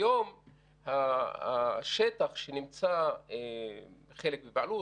היום השטח שנמצא חלק בבעלות,